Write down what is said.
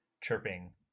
chirping